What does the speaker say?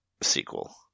sequel